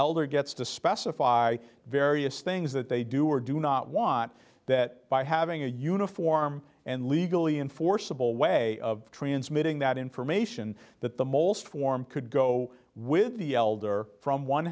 elder gets to specify various things that they do or do not want that by having a uniform and legally enforceable way of transmitting that information that the mole form could go with the elder from one